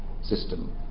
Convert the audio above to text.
system